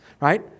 right